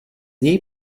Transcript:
něj